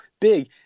big